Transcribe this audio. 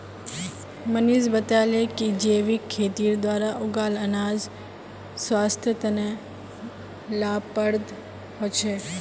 मनीष बताले कि जैविक खेतीर द्वारा उगाल अनाज स्वास्थ्य तने लाभप्रद ह छे